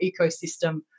ecosystem